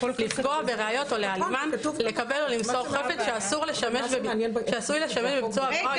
לפגוע בראיות או להעלימן ולקבל או למסור חפץ שעשוי לשמש" וכולי.